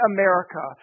America